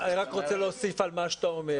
רק רוצה להוסיף על מה שאתה אומר,